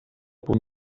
punt